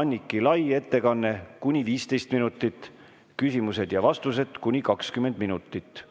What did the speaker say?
Anniki Lai ettekanne kuni 15 minutit, küsimused ja vastused kuni 20 minutit.